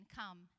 come